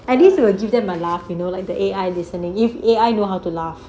at least you will give them a laugh you know like the A_I listening if A_I know how to laugh